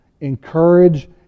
encourage